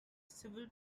civil